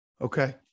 Okay